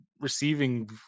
receiving